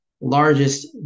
largest